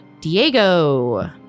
Diego